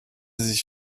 sich